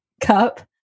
cup